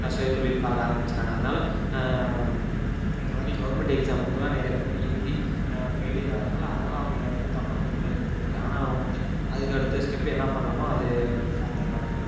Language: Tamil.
சுயதொழில் பார்க்க ஆரமிச்சுறாங்க அதனால் இந்த மாதிரி கவர்மெண்ட் எக்ஸாம்க்கலாம் நிறையா பேர் எழுதி ஃபைலியர் ஆகிறதால அதனால் அவங்க எதுவும் தப்பான முடிவெலாம் எடுத்துகிறது இல்லை ஆனால் அவங்க வந்து அதுக்கு அடுத்த ஸ்டெப்பில் என்ன பண்ணலாமோ அது பார்த்துறாங்க